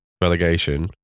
relegation